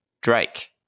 Drake